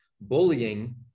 bullying